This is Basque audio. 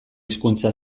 hizkuntza